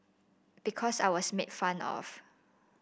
because I was made fun of